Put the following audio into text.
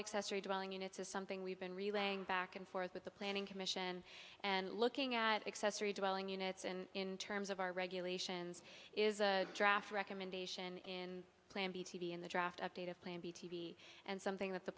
accessory dwelling units is something we've been relaying back and forth with the planning commission and looking at accessory developing units and in terms of our regulations is a draft recommendation in plan b t v in the draft update of plan b t v and something that the